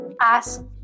ask